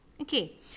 Okay